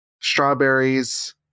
strawberries